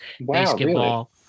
basketball